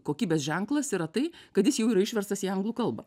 kokybės ženklas yra tai kad jis jau yra išverstas į anglų kalbą